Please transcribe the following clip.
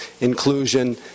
inclusion